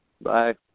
Bye